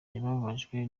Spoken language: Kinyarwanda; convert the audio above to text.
yababajwe